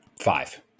Five